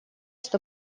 что